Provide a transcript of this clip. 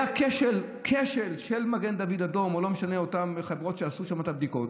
היה כשל של מגן דוד אדום או של אותן חברות שעשו שם את הבדיקות,